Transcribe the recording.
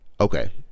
okay